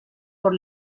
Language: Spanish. por